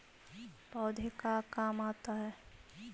पौधे का काम आता है?